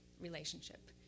relationship